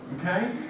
Okay